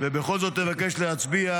בכל מקרה,